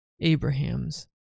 Abraham's